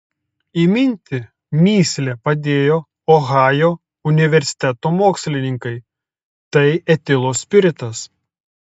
įminti mįslę padėjo ohajo universiteto mokslininkai tai etilo spiritas